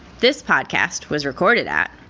this podcast was recorded at.